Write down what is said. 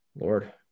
Lord